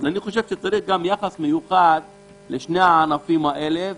צריך יחס מיוחד לשני הענפים האלה.